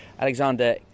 Alexander